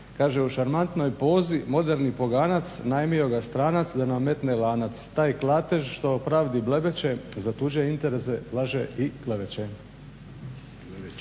Kaže u šarmantnoj pozi moderni poganac najmio ga stranac da nam metne lanac, taj klatež što o pravdi blebeće za tuđe interese laže i kleveće.